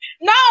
No